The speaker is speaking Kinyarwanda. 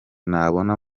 nabona